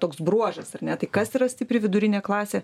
toks bruožas ar ne tai kas yra stipri vidurinė klasė